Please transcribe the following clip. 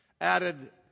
added